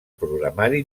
programari